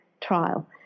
trial